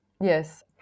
Yes